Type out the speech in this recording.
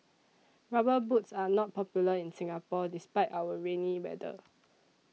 rubber boots are not popular in Singapore despite our rainy weather